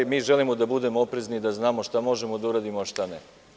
Mi želimo da budemo oprezni, da znamo šta možemo da uradimo, a šta ne.